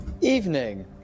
Evening